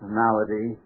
malady